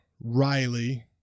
Riley